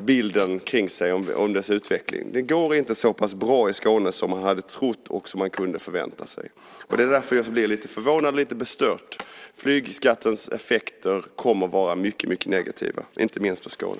bilden kring sig när det gäller dess utveckling? Det går inte så pass bra i Skåne som man hade trott och som man kunde ha förväntat sig. Det är därför jag blir lite förvånad och bestört. Flygskattens effekter kommer att vara mycket negativa, inte minst för Skåne.